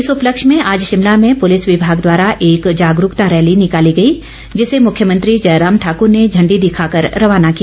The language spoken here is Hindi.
इस उपलक्ष्य में आज शिमला में पुलिस विभाग द्वारा एक जागरूकता रैली निकाली गई जिसे मुख्यमंत्री जयराम ठाक्र ने झंडी दिखाकर रवाना किया